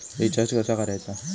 Recharge कसा करायचा?